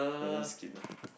fair let's skip lah